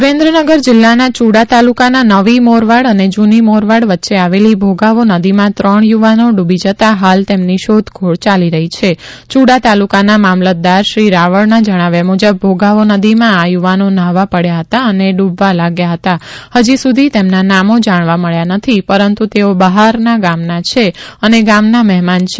સુરેન્દ્રનગર જિલ્લાના યુડા તાલુકાના નવી મોરવાડ અને જુની મોરવાડ વચ્ચે આવેલી ભોગાવો નદીમાં ત્રણ યુવાનો ડૂબી જતા હાલમાં તેમની શોધખોળ યાલી રહી છે યુડા તાલુકાના મામલતદાર શ્રી રાવળ ના જણાવ્યા મુજબ ભોગાવો નદીમાં આ યુવાનો નાહવા પડ્યા હતા અને ડૂબવા લાગ્યા હતા હજુ સુધી તેમના નામો જાણવા મબ્યા નથી પરંતુ તેઓ બહાર ગામના છે અને ગામના મહેમાન છે